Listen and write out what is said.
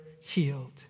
healed